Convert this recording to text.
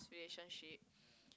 relationship